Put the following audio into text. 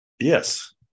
Yes